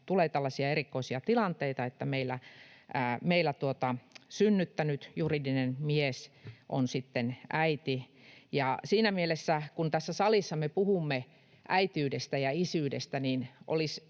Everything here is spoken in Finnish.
tulee tällaisia erikoisia tilanteita, että meillä synnyttänyt juridinen mies on sitten äiti, ja siinä mielessä, kun tässä salissa me puhumme äitiydestä ja isyydestä, olisi